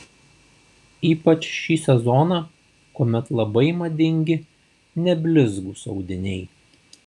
ypač šį sezoną kuomet labai madingi neblizgūs audiniai